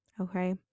okay